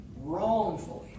wrongfully